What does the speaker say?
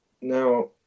Now